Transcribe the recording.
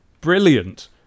brilliant